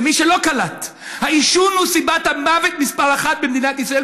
למי שלא קלט: העישון הוא סיבת המוות מספר אחת במדינת ישראל,